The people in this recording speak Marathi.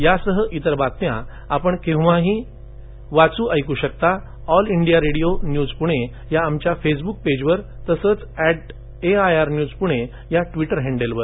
यासह इतर बातम्या आपण केव्हाही वाचू रेकू शकता All India Radio news Pune या आमच्या फेसबुक पेजवर तसंच at A I R news Pune या ट्विटर हॅंडलवर